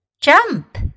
Jump